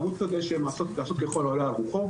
לעשות ככל העולה על רוחו.